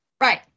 Right